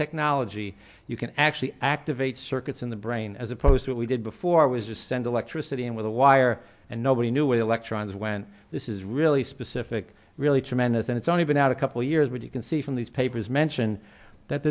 technology you can actually activate circuits in the brain as opposed to what we did before was just and electricity and with the wire and nobody knew electrons went this is really specific really tremendous and it's only been out a couple years but you can see from these papers mention that